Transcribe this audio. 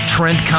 Trent